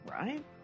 right